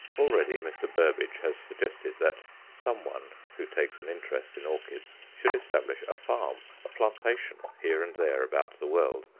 already mr. burbidge has suggested that some one who takes an interest in orchids should establish a farm, a plantation, here and there about the world,